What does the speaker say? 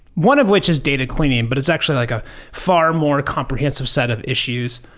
one of which is data cleaning, but it's actually like a far more comprehensive set of issues.